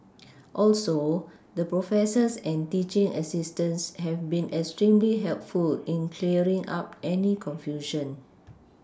also the professors and teaching assistants have been extremely helpful in clearing up any confusion